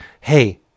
hey